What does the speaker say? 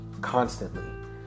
constantly